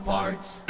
Parts